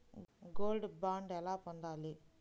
Gold bond ఎలా పొందాలి?